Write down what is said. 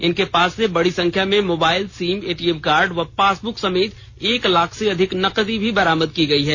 इनके पास से बड़ी संख्या में मोबाइल सिम एटीएम कार्ड व पासब्क सहित एक लाख से अधिक नकदी भी बरामद की है